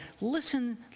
Listen